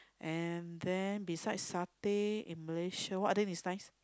and then beside Satay in Malaysia what are there is nice